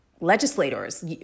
legislators